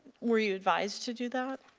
where you advised to do that?